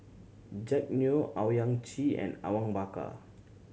Jack Neo Owyang Chi and Awang Bakar